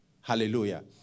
Hallelujah